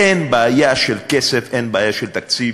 אין בעיה של כסף, אין בעיה של תקציב,